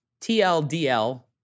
TLDL